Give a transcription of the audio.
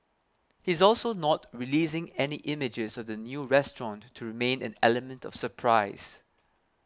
he's also not releasing any images of the new restaurant to remained an element of surprise